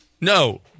No